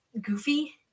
goofy